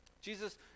Jesus